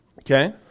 okay